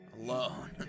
Alone